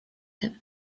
him